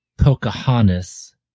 pocahontas